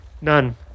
None